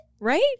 Right